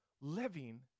living